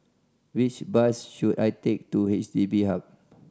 which bus should I take to H D B Hub